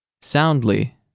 soundly